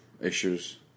issues